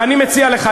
ואני מציע לך,